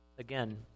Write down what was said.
Again